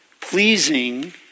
pleasing